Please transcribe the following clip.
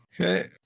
okay